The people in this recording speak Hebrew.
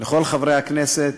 לכל חברי הכנסת,